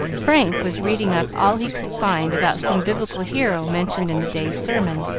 frank was reading up all he could find about some biblical hero mentioned in the day's sermon